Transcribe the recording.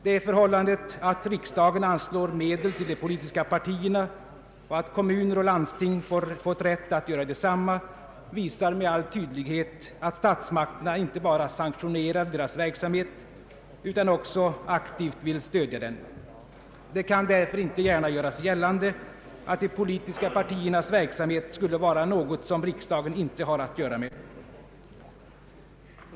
Det förhållandet att riksdagen anslår medel till de politiska partierna och att kommuner och landsting fått rätt att göra detsamma visar med all tydlighet att statsmakterna inte bara sanktionerar partiernas verksamhet utan också aktivt vill stödja dem. Det kan därför inte gärna göras gällande att de politiska partiernas verksamhet skulle vara något som riksdagen inte har att göra med.